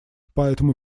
поэтому